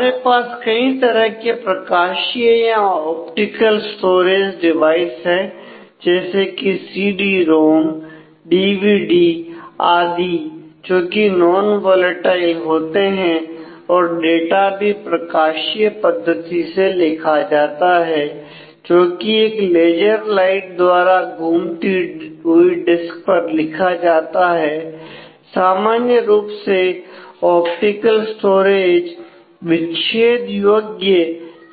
हमारे पास कई तरह के प्रकाशीय या ऑप्टिकल स्टोरेज डिवाइस हैं जैसे कि सीडी